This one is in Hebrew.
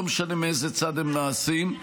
לא משנה מאיזה צד הם נעשים.